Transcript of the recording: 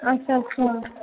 अच्छा अच्छा